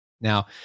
Now